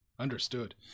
Understood